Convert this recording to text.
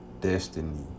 destiny